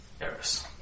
Eris